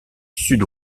sud